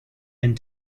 and